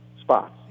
spots